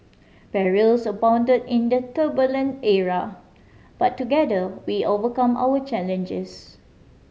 perils abound in the turbulent era but together we overcome our challenges